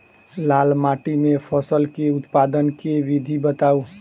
लाल माटि मे फसल केँ उत्पादन केँ विधि बताऊ?